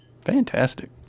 Fantastic